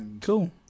Cool